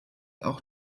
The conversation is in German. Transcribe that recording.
auch